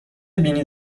بینی